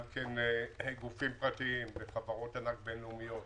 גם גופים פרטיים וחברות ענק בינלאומיות